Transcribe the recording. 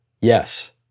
Yes